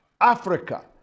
Africa